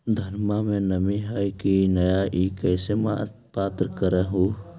धनमा मे नमी है की न ई कैसे पात्र कर हू?